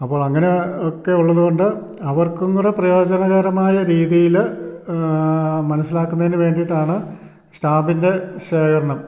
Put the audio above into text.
അപ്പോൾ അങ്ങനെ ഒക്കെ ഉള്ളത് കൊണ്ട് അവർക്കും കൂടെ പ്രയോജനകരമായ രീതിയിൽ മനസ്സിലാക്കുന്നതിന് വേണ്ടീട്ടാണ് സ്റ്റാമ്പിൻ്റെ ശേഖരണം